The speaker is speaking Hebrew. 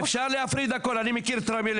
פעם שנייה הוא בבית.